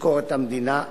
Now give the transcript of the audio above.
ביקורת המדינה,